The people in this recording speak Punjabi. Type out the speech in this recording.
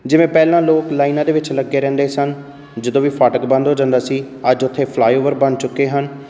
ਜਿਵੇਂ ਪਹਿਲਾਂ ਲੋਕ ਲਾਈਨਾਂ ਦੇ ਵਿੱਚ ਲੱਗੇ ਰਹਿੰਦੇ ਸਨ ਜਦੋਂ ਵੀ ਫਾਟਕ ਬੰਦ ਹੋ ਜਾਂਦਾ ਸੀ ਅੱਜ ਉੱਥੇ ਫਲਾਈਓਵਰ ਬਣ ਚੁੱਕੇ ਹਨ